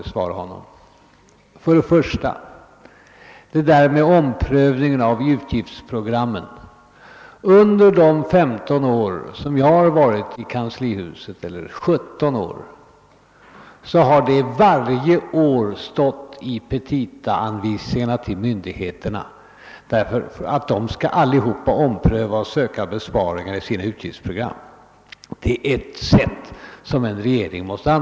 För det första vill jag säga beträffande förslaget om en omprövning av utgiftsprogrammen att det varje år under de sjutton år som jag har arbetat i kanslihuset har stått i petitaanvisningarna att alla myndigheter skall ompröva och söka besparingar i sina utgiftsprogram. Regeringen kommer att fortsätta med detta.